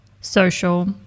social